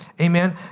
Amen